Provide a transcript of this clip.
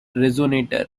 resonator